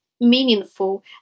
meaningful